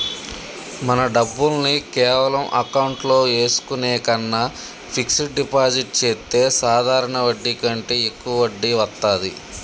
మన డబ్బుల్ని కేవలం అకౌంట్లో ఏసుకునే కన్నా ఫిక్సడ్ డిపాజిట్ చెత్తే సాధారణ వడ్డీ కంటే యెక్కువ వడ్డీ వత్తాది